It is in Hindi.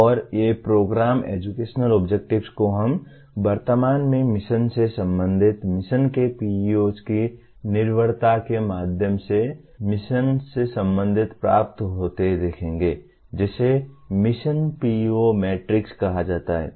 और ये प्रोग्राम एजुकेशनल ऑब्जेक्टिव्स को हम वर्तमान में मिशन से संबंधित मिशन के PEOs की निर्भरता के माध्यम से मिशन से संबंधित प्राप्त होते देखेंगे जिसे मिशन PEO मैट्रिक्स कहा जाता है